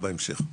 בהמשך.